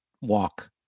walk